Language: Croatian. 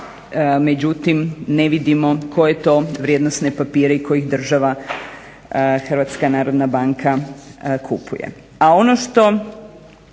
međutim ne vidimo koje to vrijednosne papire i kojih država HNB kupuje.